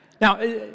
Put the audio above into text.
Now